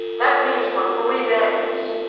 that means for three days,